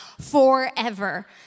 forever